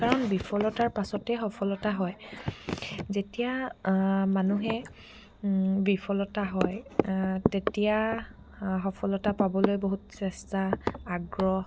নকাৰণ বিফলতাৰ পাছতে সফলতা হয় যেতিয়া মানুহে বিফলতা হয় তেতিয়া সফলতা পাবলৈ বহুত চেষ্টা আগ্ৰহ